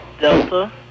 Delta